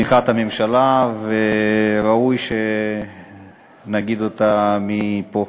הממשלה, וראוי שנציג אותה פה,